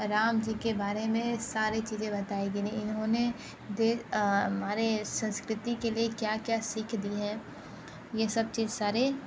राम जी के बारे में सारी चीज़ें बताएगी नहीं इन्होंने हमारे संस्कृति के लिए क्या क्या सीख दी है यह सब चीज़ सारे